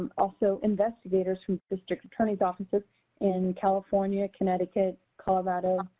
also, investigators from the district attorney's offices in california, connecticut, colorado,